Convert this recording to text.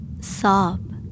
Sob